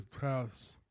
paths